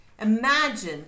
imagine